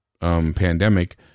pandemic